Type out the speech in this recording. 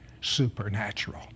supernatural